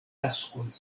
taskon